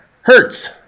Hertz